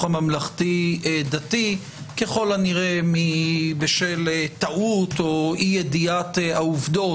הממלכתי דתי ככל הנראה בשל טעות או אי ידיעת העובדות.